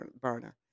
burner